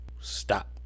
Stop